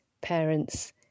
parents